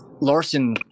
larson